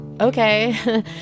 okay